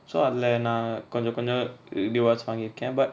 so அதுல நா கொஞ்சோ கொஞ்சோ:athula na konjo konjo divas வாங்கிருக்க:vaangirukka but